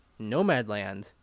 Nomadland